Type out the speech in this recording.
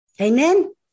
Amen